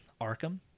Arkham